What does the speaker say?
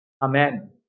Amen